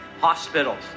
hospitals